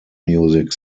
music